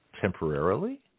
temporarily